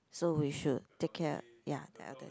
so we should take care ya the elder